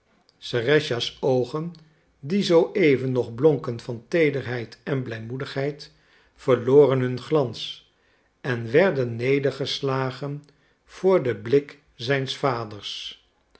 serëscha's oogen die zooeven nog blonken van teederheid en blijmoedigheid verloren hun glans en werden nedergeslagen voor den blik zijns vaders